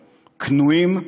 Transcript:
כנועים,